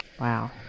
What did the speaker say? Wow